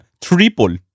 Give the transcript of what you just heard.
Triple